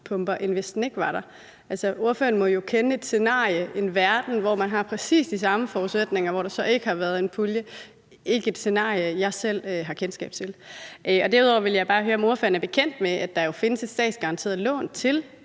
end hvis den ikke var der. Altså, ordføreren må jo kende et scenarie, en verden, hvor man har præcis de samme forudsætninger, men hvor der så ikke har været en pulje. Det er ikke et scenarie, jeg selv har kendskab til. Derudover vil jeg bare høre, om ordføreren er bekendt med, at der jo findes et statsgaranteret lån til